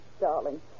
Darling